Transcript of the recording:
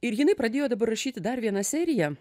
ir jinai pradėjo dabar rašyti dar vieną seriją